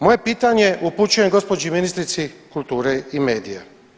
Moje pitanje upućujem gospođi ministrici kulture i medija.